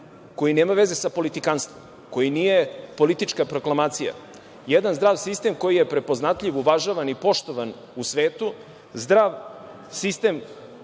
koji nema veze sa politikanstvom, koji nije politička proklamacija, jedan zdrav sistem koji je prepoznatljiv, uvažavan i poštovan u svetu, zdrav sistem